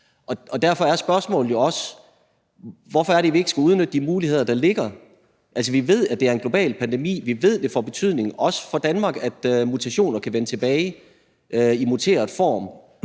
Derfor er spørgsmålet jo også, hvorfor vi ikke skal udnytte de muligheder, der ligger. Vi ved, at det er en global pandemi. Vi ved, at det får betydning, også for Danmark, at virus kan vende tilbage i muteret form.